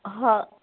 হ